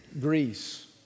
Greece